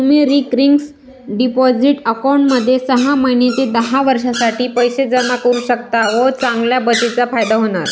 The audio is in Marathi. तुम्ही रिकरिंग डिपॉझिट अकाउंटमध्ये सहा महिने ते दहा वर्षांसाठी पैसे जमा करू शकता व चांगल्या बचतीचा फायदा होणार